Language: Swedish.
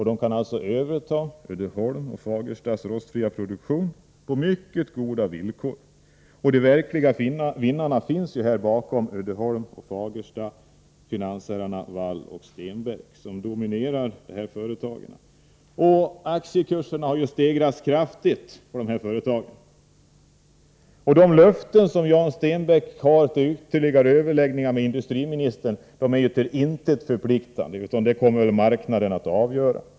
De kan alltså överta Uddeholms och Fagerstas rostfria produktion på mycket förmånliga villkor. De verkliga vinnarna finns ju här bakom Uddeholms AB och Fagersta AB: finanshajarna Wall och Stenbeck, som dominerar de här företagen. Aktiekurserna har stigit kraftigt när det gäller de här företagen. De löften som Jan Stenbeck gav vid ytterligare överläggningar med industriministern är till intet förpliktande — dessa frågor kommer marknaden att avgöra.